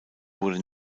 wurde